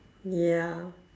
yeah